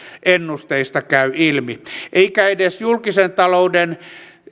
ennusteista käy ilmi eikä edes julkisen talouden